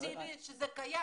מסיבי על כך שזה קיים?